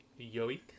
Yoik